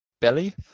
belly